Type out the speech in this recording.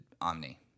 Omni